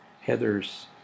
heather's